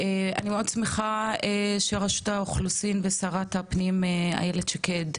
אני מאוד שמחה שרשות האוכלוסין ושרת הפנים איילת שקד,